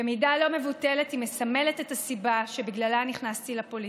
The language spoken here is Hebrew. במידה לא מבוטלת היא מסמלת את הסיבה שנכנסתי לפוליטיקה,